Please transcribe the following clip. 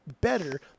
better